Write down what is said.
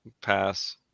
Pass